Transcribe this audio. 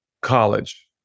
college